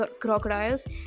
crocodiles